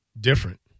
Different